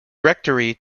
rectory